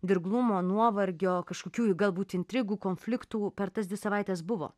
dirglumo nuovargio kažkokių galbūt intrigų konfliktų per tas dvi savaites buvo